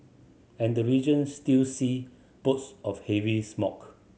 and the region still see bouts of heavy smoke